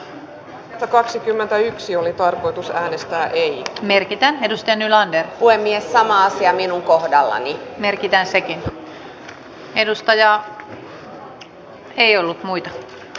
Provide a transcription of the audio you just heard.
eduskunta edellyttää että hallitus valmistelee pikaisesti kotouttamiseen kuuluvan koulutuksen kuten kielikoulutus siirtämisen työ ja elinkeinoministeriöstä opetus ja kulttuuriministeriöön jossa on paras koulutusosaaminen